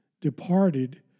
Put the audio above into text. departed